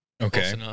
Okay